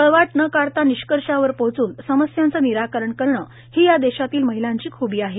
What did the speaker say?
पळवाट न काढता निष्कर्षावर पोहोचून समस्यांचे निराकरण करणे ही या देशातील महिलांची खूबी आहे